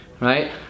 right